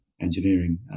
engineering